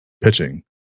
pitching